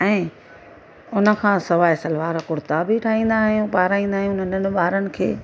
ऐं उनखां सवाइ सलवार कुर्ता बि ठाहींदा आहियूं पाईंदा आहियूं ॿारनि खे